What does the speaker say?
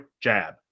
jab